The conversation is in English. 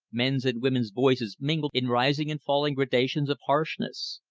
men's and women's voices mingled in rising and falling gradations of harshness.